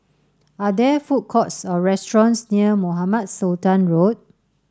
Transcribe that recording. are there food courts or restaurants near Mohamed Sultan Road